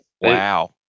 Wow